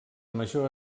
major